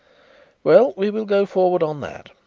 well, we will go forward on that.